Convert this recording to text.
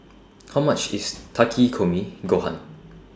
How much IS Takikomi Gohan